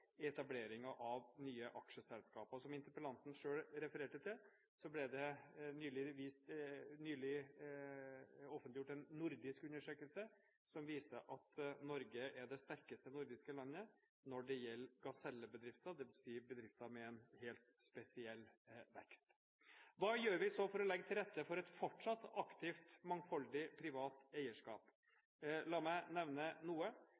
av nye aksjeselskap. Som interpellanten selv refererte til, ble det nylig offentliggjort en nordisk undersøkelse som viser at Norge er det sterkeste nordiske landet når det gjelder gasellebedrifter, dvs. bedrifter med en helt spesiell vekst. Hva gjør vi så for å legge til rette for et fortsatt aktivt og mangfoldig privat eierskap? La meg nevne noe.